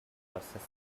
processing